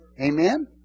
Amen